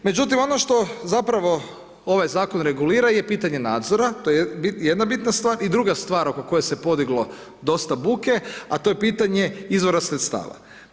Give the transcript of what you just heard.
Međutim, ono što zapravo ovaj Zakon regulira je pitanje nadzora, to je jedna bitna stvar i druga stvar oko koje se podiglo dosta buke, a to je pitanje izvora sredstava.